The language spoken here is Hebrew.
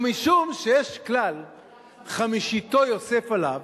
ומשום שיש כלל "חמישיתו יוסף עליו",